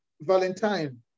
Valentine